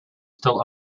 still